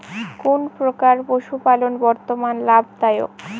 কোন প্রকার পশুপালন বর্তমান লাভ দায়ক?